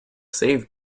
save